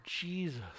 Jesus